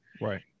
Right